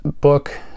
book